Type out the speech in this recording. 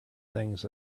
things